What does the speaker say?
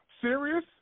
Serious